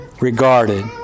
regarded